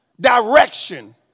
direction